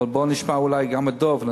אבל בוא נשמע אולי גם את חבר הכנסת דב חנין,